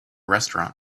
restaurant